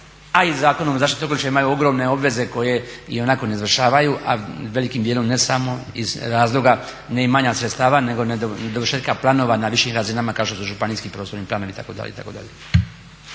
a i Zakonom o zaštiti okoliša imaju ogromne obveze koje ionako ne izvršavaju, a velikim dijelom ne samo iz razloga neimanja sredstava nego dovršetka planova na višim razinama kažu …/Govornik se ne razumije./…